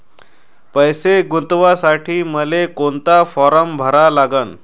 पैसे गुंतवासाठी मले कोंता फारम भरा लागन?